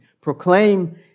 Proclaim